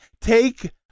Take